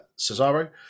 cesaro